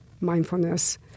mindfulness